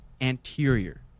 anterior